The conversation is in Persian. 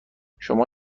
شما